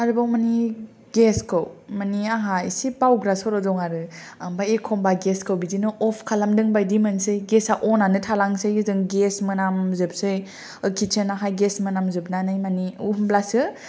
आरोबाव मानि गेसखौ मानि आंहा एसे बावग्रा सर' दङ आरो ओमफ्राय एखमबा गेसखौ बिदिनो अफ खालामदों बायदि मोनसै गेसा अनानो थालांसै ओजों गेस मोनाम जोबसै खिथसेनाहाय गेस मोनाम जोबनानै मानि होमब्लासो